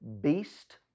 beast